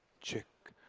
check.